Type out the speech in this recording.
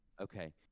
Okay